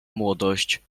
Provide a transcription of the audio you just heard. młodość